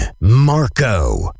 Marco